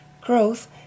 Growth